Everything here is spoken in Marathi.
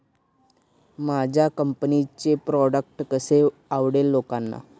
माझ्या कंपनीचे प्रॉडक्ट कसे आवडेल लोकांना?